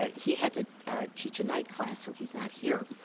ah he had to teach a night class, so he's not here.